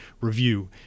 review